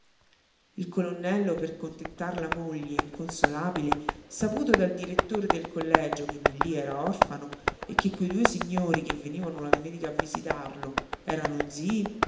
il colonnello per contentar la moglie inconsolabile saputo dal direttore del collegio che nillí era orfano e che quei due signori che venivano la domenica a visitarlo erano zii